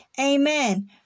Amen